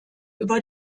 über